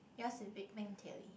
yours in big bang theory